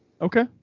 Okay